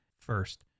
first